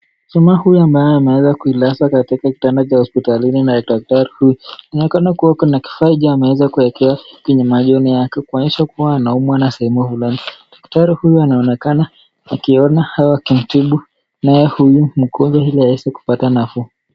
Jamaa huyu ambaye ameweza kuilaza katika kitanda cha hospitalini na daktari huyu anaonekana kuwa kuna kifaa ameweza kuwekewa kwenye machoni yake kuonyesha kuwa anaumwa na sehemu ya fulani. Daktari huyu anaonekana akiona au akimtibu naye huyu mgonjwa ili aweze kupata nafuu.